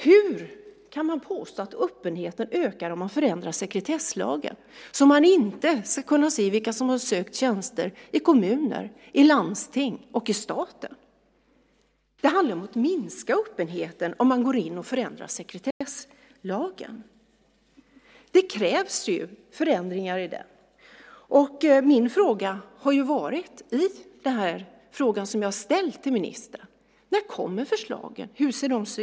Hur kan man påstå att öppenheten ökar om man förändrar sekretesslagen, så att man inte ska kunna se vilka som har sökt tjänster i kommuner, i landsting och i staten? Det handlar om att minska öppenheten om man går in och förändrar sekretesslagen. Det krävs förändringar i den. Min fråga som jag har ställt till ministern är: När kommer förslagen? Hur ser de ut?